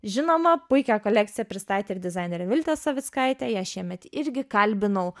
žinoma puikią kolekciją pristatė ir dizainerė viltė savickaitė ją šiemet irgi kalbinau